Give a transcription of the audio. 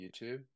YouTube